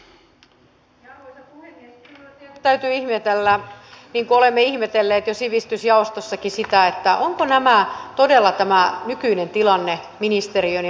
kyllä minun tietysti täytyy ihmetellä niin kuin olemme ihmetelleet jo sivistysjaostossakin sitä onko todella tämä nykyinen tilanne ministeriön ja ministerin tiedossa